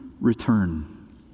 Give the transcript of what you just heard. return